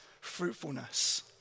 fruitfulness